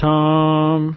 Tom